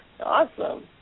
Awesome